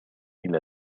إلى